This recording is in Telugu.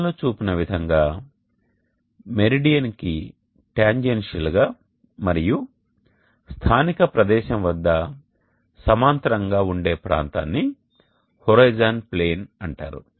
పటంలో చూపిన విధంగా మెరిడియన్కి టాంజెన్షియల్గా మరియు స్థానిక ప్రదేశం వద్ద సమాంతరం గా ఉండే ప్రాంతాన్ని హోరిజోన్ ప్లేన్ అంటారు